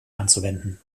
anzuwenden